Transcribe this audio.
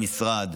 במשרד,